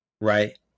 right